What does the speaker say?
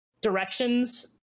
directions